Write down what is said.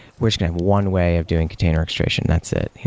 we should have one way of doing container extraction. that's it.